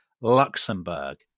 Luxembourg